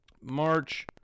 March